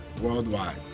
Worldwide